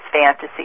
fantasy